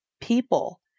people